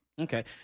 Okay